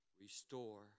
restore